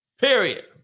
Period